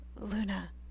Luna